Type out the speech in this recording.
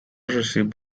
received